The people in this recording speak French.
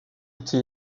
été